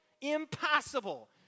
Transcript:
Impossible